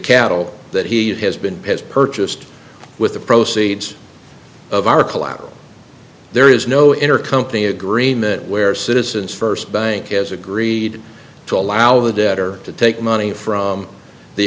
cattle that he has been has purchased with the proceeds of our collateral there is no intercompany agreement where citizens first bank is agreed to allow the debtor to take money from the